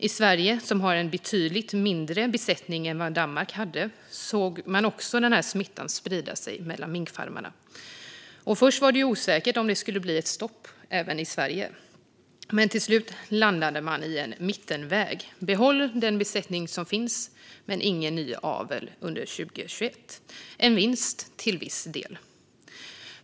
I Sverige, som har en betydligt mindre besättning än vad Danmark hade, såg man också smittan sprida sig mellan minkfarmarna. Först var det osäkert om det skulle bli ett stopp även i Sverige, men till slut landade man i en mittenväg. Man skulle behålla den besättning som fanns, men det skulle inte vara någon ny avel under 2021. Det är till viss del en vinst.